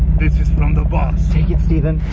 this is from the boss. take it, stephen.